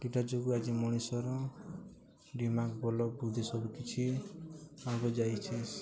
କୀଟା ଯୋଗୁଁ ଆଜି ମଣିଷର ଦିମାଗ ଭଲ ବୃଦ୍ଧି ସବୁ କିଛି ଆଗ ଯାଇଛି